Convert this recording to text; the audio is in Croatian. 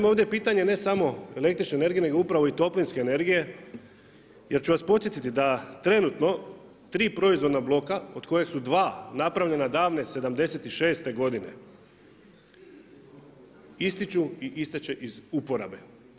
Ovdje je pitanje ne samo električne energije nego upravo u toplinske energije jer ću vas podsjetiti da trenutno tri proizvodna bloka od koji su dva napravljena davne '76. godine, ističu i ističi će iz uporabe.